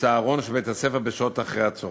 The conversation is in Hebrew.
בצהרון של בית-הספר, בשעות אחר-הצהריים.